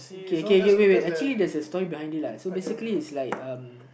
okay okay wait wait actually there's a story behind it ah so basically it's like uh